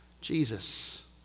Jesus